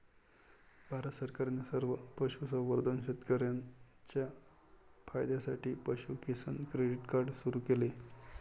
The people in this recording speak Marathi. भारत सरकारने सर्व पशुसंवर्धन शेतकर्यांच्या फायद्यासाठी पशु किसान क्रेडिट कार्ड सुरू केले